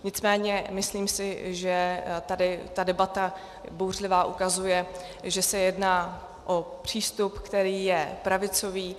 Nicméně myslím si, že tady ta debata, bouřlivá, ukazuje, že se jedná o přístup, který je pravicový.